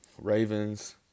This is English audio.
Ravens